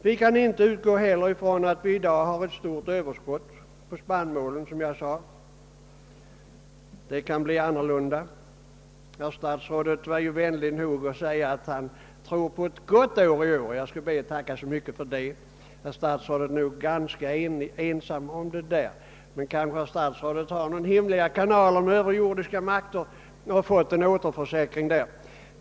Vi kan i dag inte heller utgå ifrån att vi har ett stort överskott på spannmål; det kan bli annorlunda. Statsrådet var vänlig nog att säga att han tror på en god skörd i år. Jag ber att få tacka så nycket för detta. Herr statsrådet är nog ganska ensam om en sådan förhopp ning, men statsrådet kanske har några hemliga kanaler till överjordiska makter genom vilka han har fått en återförsäkran.